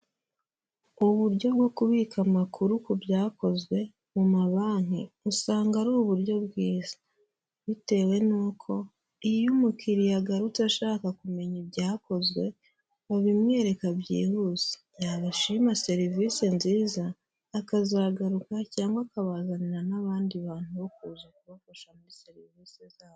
Uburyo bwo kubika amakuru ku byakozwe mu mabanki, usanga ari uburyo bwiza. Bitewe n'uko iyo umukiriya agarutse ashaka kumenya ibyakozwe, babimwereka byihuse. Yabashima serivise nziza, akazagaruka cyangwa akabazanira n'abandi bantu bo kuza kubafasha muri serivise zabo.